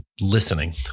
listening